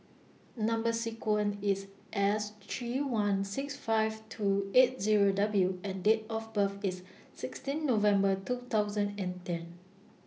Number sequence IS S three one six five two eight Zero W and Date of birth IS sixteen November two thousand and ten